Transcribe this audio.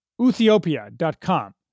uthiopia.com